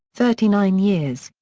thirty nine years,